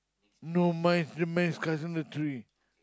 no mine is mine is cutting the tree